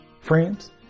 Friends